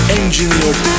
engineered